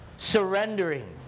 Surrendering